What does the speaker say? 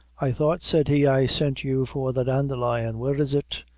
i thought, said he, i sent you for the dandelion where is it?